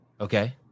Okay